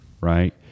Right